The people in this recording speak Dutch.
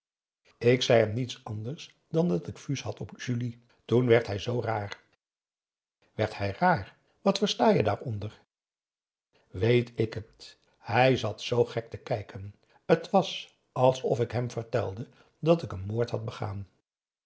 ik zei hem niets anders dan dat ik vues had op julie toen werd hij z raar p a daum hoe hij raad van indië werd onder ps maurits werd hij raar wat versta je daaronder weet ik het hij zat zoo gek te kijken het was alsof ik hem vertelde dat ik een moord had begaan